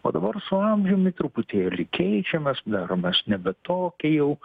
o dabar su amžiumi truputėlį keičiamės daromės nebe tokie jau